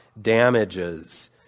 damages